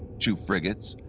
two frigates,